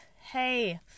Hey